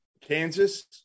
Kansas